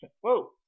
Whoa